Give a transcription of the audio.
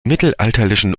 mittelalterlichen